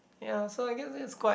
ya so I guess this is quite